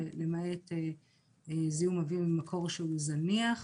למעט זיהום אוויר ממקור זניח.